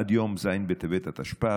עד יום ז' בטבת התשפ"ב,